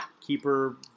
keeper